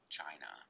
China